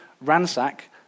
ransack